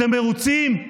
אתם מרוצים?